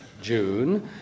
June